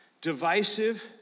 divisive